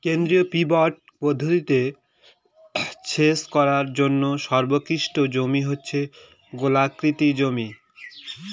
কেন্দ্রীয় পিভট পদ্ধতিতে সেচ করার জন্য সর্বোৎকৃষ্ট জমি হচ্ছে গোলাকৃতি জমি